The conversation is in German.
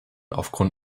aufgrund